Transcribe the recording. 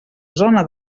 zona